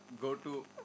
go-to